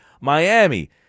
Miami